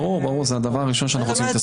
ברור, זה דבר הראשון שאנחנו רוצים להתעסק איתו.